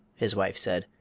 his wife said,